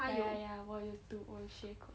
ya ya ya 我有读我有学过